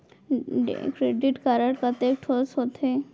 Credit card कतेक ठोक होथे?